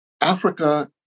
Africa